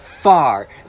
far